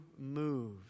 move